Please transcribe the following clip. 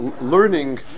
Learning